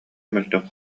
мөлтөх